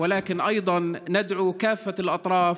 אבל אנו גם קוראים לכל הצדדים,